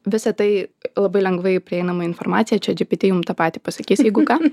visa tai labai lengvai prieinama informacija chat gpt jum tą patį pasakys jeigu ką